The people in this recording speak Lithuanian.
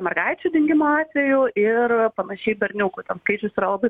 mergaičių dingimo atvejų ir panašiai berniukų ten skaičius yra labai